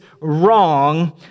wrong